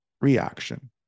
reaction